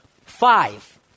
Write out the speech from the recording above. Five